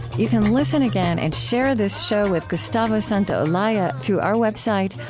you can listen again and share this show with gustavo santaolalla through our website,